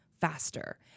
faster